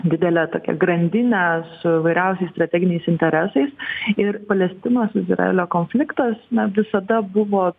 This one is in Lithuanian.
didelę tokią grandinę su įvairiausiais strateginiais interesais ir palestinos izraelio konfliktas na visada buvo